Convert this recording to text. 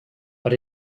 but